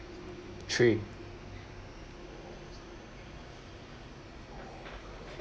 three